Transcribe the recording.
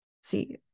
See